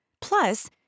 Plus